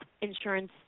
insurance